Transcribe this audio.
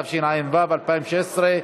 התשע"ו 2016,